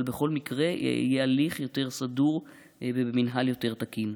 אבל בכל מקרה יהיה הליך יותר סדור ומינהל יותר תקין.